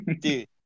Dude